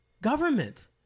Government